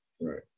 Right